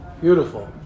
beautiful